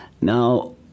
Now